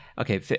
Okay